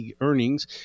earnings